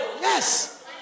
Yes